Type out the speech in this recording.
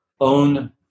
own